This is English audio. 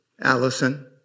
Allison